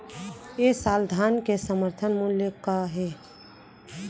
ए साल धान के समर्थन मूल्य का हे?